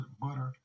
butter